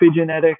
epigenetics